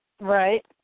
Right